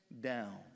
down